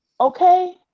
okay